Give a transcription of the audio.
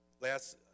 Last